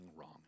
wrong